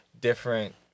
different